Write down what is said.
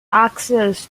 access